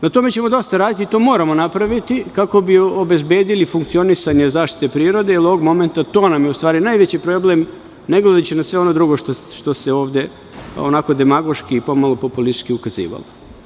Na tome ćemo dosta raditi i to moramo napraviti kako bi obezbedili funkcionisanje zaštite prirode jer ovog momenta to nam je u stvari najveći problem, ne gledajući na sve ono drugo što se ovde onako demagoški i pomalo populistički ukazivalo.